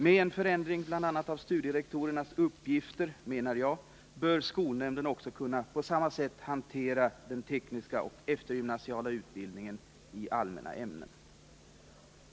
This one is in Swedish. Med en förändring bl.a. av studierektorernas uppgifter bör, menar jag, skolnämnden också kunna på samma sätt hantera den tekniska och eftergymnasiala utbildningen i allmänna ämnen.